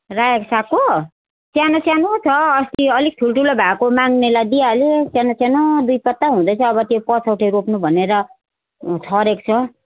रायोको सागको सानो सानो छ अस्ति अलिक ठुल्ठुलो भएको माग्नेलाई दिइहालेँ सानो सानो दुई पत्ता हुँदैछ अब त्यो पछौटे रोप्नु भनेर छरेको छ